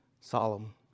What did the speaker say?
solemn